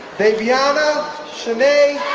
viviana shanae